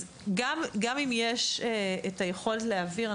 גם אם יש יכולת להעביר,